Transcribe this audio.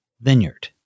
vineyard